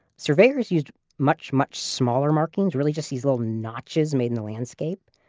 surveyors used much, much smaller markings, really just these little notches made in the landscape.